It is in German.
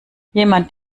jemand